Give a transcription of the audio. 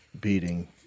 beating